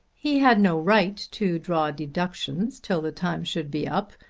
he had no right to draw deductions till the time should be up.